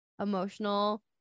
emotional